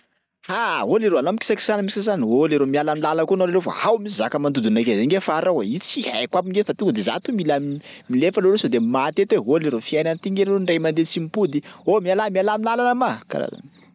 Ha! oh leroa anao mikisakisana mikisakisana oh leroa miala am'làlako eo anao leroa fa ao misy zaka mandodona akay zay nge afara ao e, io tsy haiko aby nge fa tonga de za to mila m- milefa leroa sao de maty eto e. Oh leroa fiaina ty nge ro indray mandeha tsy mipody. Oh mialà mialà am'làlana ma! Karaha zany.